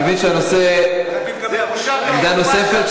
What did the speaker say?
עמדה נוספת?